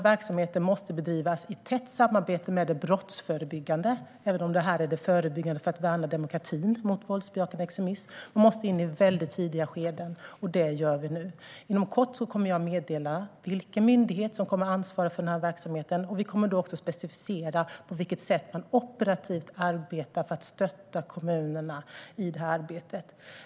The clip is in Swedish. Verksamheten måste bedrivas i tätt samarbete med det brottsförebyggande - även om det här är förebyggande för att värna demokratin mot våldsbejakande extremism. Man måste in i väldigt tidiga skeden, och det gör vi nu. Inom kort kommer jag att meddela vilken myndighet som kommer att ansvara för verksamheten. Vi kommer då också att specificera på vilket sätt man operativt arbetar för att stötta kommunerna i detta arbete.